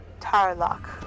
Tarlock